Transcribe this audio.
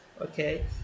Okay